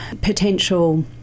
potential